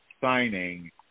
signing